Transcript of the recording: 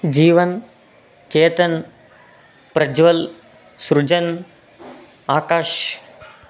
Jeevan Chetan Prajwal Srujan Akash